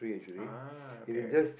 ah okay